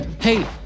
Hey